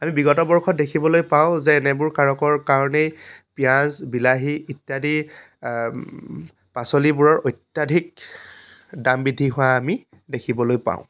আমি বিগত বৰ্ষত দেখিবলৈ পাওঁ যে এনেবোৰ কাৰকৰ কাৰণেই পিঁয়াজ বিলাহী ইত্যাদি পাচলিবোৰৰ অত্যাধিক দাম বৃদ্ধি হোৱা আমি দেখিবলৈ পাওঁ